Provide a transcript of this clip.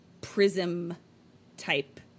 prism-type